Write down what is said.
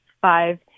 five